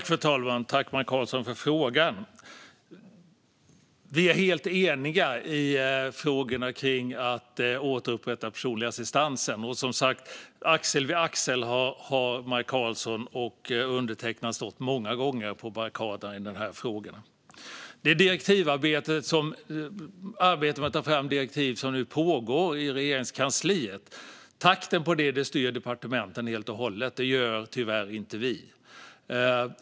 Fru talman! Tack för frågan, Maj Karlsson! Vi är helt eniga i frågan om att återupprätta personlig assistans. Som sagt har Maj Karlsson och undertecknad många gånger stått axel vid axel på barrikaderna i den här frågan. Nu pågår det i Regeringskansliet ett arbete med att ta fram direktiv. Takten i det styr departementet helt och hållet. Det gör tyvärr inte vi.